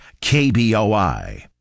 KBOI